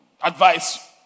advice